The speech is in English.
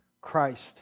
Christ